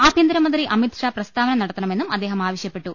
ആഭ്യന്തര മന്ത്രി അമിത്ഷാ പ്രസ്താവന നടത്തണമെന്നും അദ്ദേഹം ആവശ്യപ്പെട്ടു